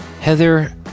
Heather